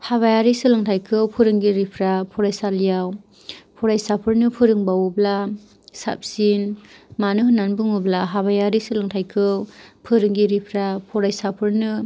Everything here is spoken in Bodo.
हाबायारि सोलोंथाइखौ फोरोंगिरिफोरा फरायसालियाव फरायसाफोरनो फोरोंबावोब्ला साबसिन मानो होननानै बुङोब्ला हाबायारि सोलोंथाइखौ फोरोंगिरिफ्रा फरायसाफोरनो